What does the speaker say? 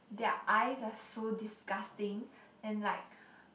their eyes are so disgusting and like